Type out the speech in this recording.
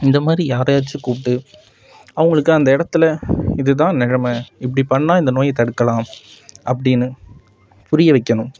இந்தமாதிரி யாரையாச்சும் கூப்பிட்டு அவர்களுக்கு அந்த இடத்துல இதுதான் நெலமை இப்படி பண்ணிணா இந்த நோயை தடுக்கலாம் அப்படின்னு புரிய வெக்கிணும்